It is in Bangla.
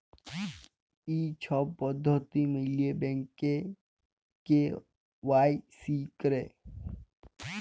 ই ছব পদ্ধতি ম্যাইলে ব্যাংকে কে.ওয়াই.সি ক্যরে